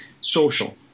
social